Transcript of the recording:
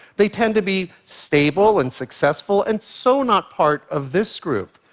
they tend to be stable and successful and so not part of this group.